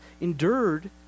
endured